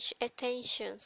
attention